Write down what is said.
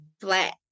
flat